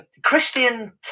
Christian